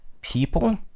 people